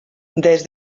des